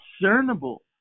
discernible